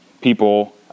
people